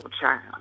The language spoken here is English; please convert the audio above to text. child